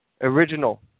Original